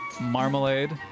Marmalade